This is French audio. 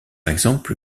exemple